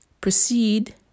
proceed